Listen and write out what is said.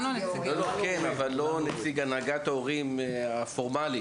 נכון, אבל לא נציג הנהגת ההורים הפורמלית.